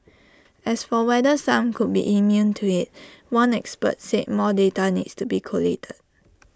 as for whether some could be immune to IT one expert said more data needs to be collated